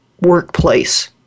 workplace